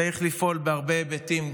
צריך לפעול בהרבה היבטים,